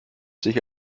sich